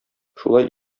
шулай